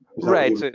Right